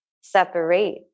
separate